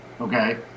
Okay